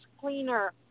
cleaner